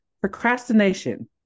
procrastination